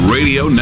Radio